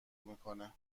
میکنه